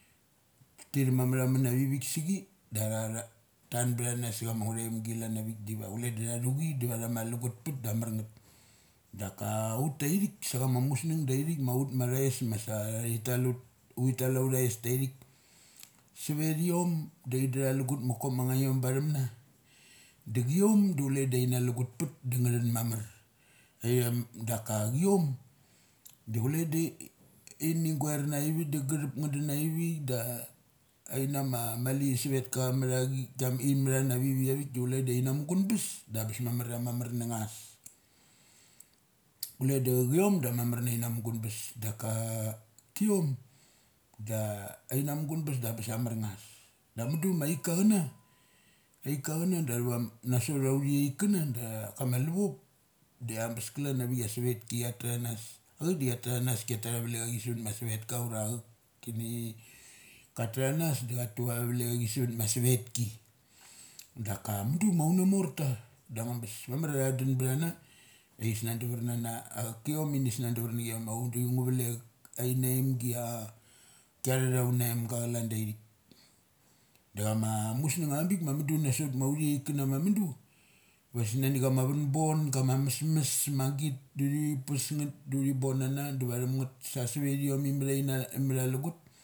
Ti thum ama mathamun avivik sa chi, datha, tha tan btha na sa chama nguthemgi calan avik diva chule da tha thu chi diva thama lagut pet da amar ngeth. Daka ut tai thik sa chama musngang dai thik ma thais mase thi tal ut, uthi tal authis taithik savethiom da itha ag lugut ma koma ngaim batham na. Da chaiom da ina lugut pet da nga thun mamar aiom daka chiom, di ini guarna ivit da gathup nga dun aivi da ainama sa vet ka cha matha chi dum in mathana anivi avik da chule da ina mugun bes, da bes ma maria mamar na ngus. Kule da chaiom da mamar na ina mugun bes daka kiom da ina mugun bes da besia amar ngus. Da mudu ma aika chana, aika chana dathavam nasot auni chaik kana da cha ma luchop da am bes kalan avikia sa vetki chia tha nus. Aik da chia tha nus kia tu athaviek achi savat ma savetika ura auk ki ni ka tha nas do ana tu ava valekachi savet ma sevet ki. Daka mudu ma auna morta da angng abes mamar ia tha dun btha na dathi snun davar na na auk kiom ini snun davar na chiom aum da ngu valek ai na naimgi ia kia tha aunimg acalanda ithik. Da chama musnung avang bik m amudu ma nast ma auni chaik kana ma mudu vasik nani chama vun bin, ura chama mesmes ma git da uthi res ngeth, douthi pes nget da uthi bon nana dava thum ngeth sa sivetiom imatha alugut.